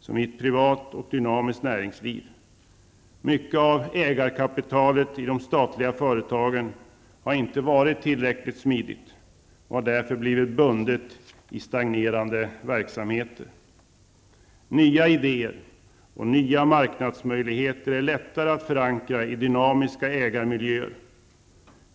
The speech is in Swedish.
som i ett privat och dynamiskt näringsliv. Mycket av ägarkapitalet i de statliga företagen har inte varit tillräckligt smidigt och har därför blivit bundet i stagnerande verksamheter. Nya idéer och nya marknadsmöjligheter är lättare att förankra i dynamiska ägarmiljöer.